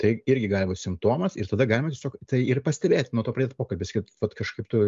tai irgi gali būt simptomas ir tada galima tiesiog tai ir pastebėt nuo to pradėt pokalbį sakyt vat kažkaip tu